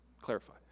clarify